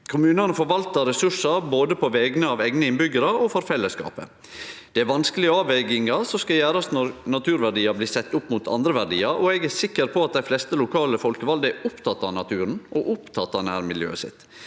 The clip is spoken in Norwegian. munane forvaltar ressursar på vegner av både eigne innbyggjarar og fellesskapet. Det er vanskelege avvegingar som skal gjerast når naturverdiar blir sette opp mot andre verdiar, og eg er sikker på at dei fleste lokale folkevalde er opptekne av naturen og opptekne av nærmiljøet sitt.